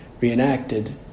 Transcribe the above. reenacted